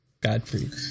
Godfrey